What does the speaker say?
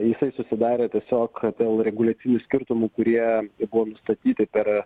jisai susidarė tiesiog dėl reguliacinių skirtumų kurie buvo nustatyti per